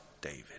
David